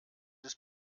des